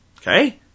Okay